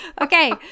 Okay